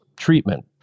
Treatment